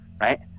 right